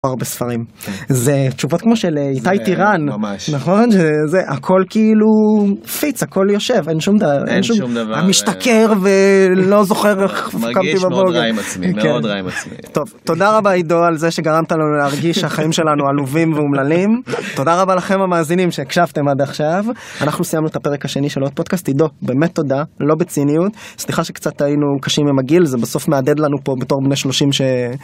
הרבה ספרים זה תשובות כמו של איתי טירן נכון זה הכל כאילו פיצה כל יושב אין שום דבר משתכר ולא זוכר איך מרגיש מאוד רעים עצמי מאוד רעים עצמי טוב תודה רבה עידו על זה שגרמת לנו להרגיש החיים שלנו עלובים ואומללים תודה רבה לכם המאזינים שהקשבתם עד עכשיו, אנחנו סיימנו את הפרק השני של עוד פודקאסט עידו באמת תודה לא בציניות סליחה שקצת היינו קשים עם הגיל זה בסוף מעדד לנו פה בתור בני 30,